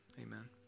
Amen